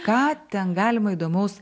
ką ten galima įdomaus